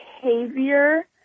behavior